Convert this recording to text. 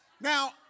Now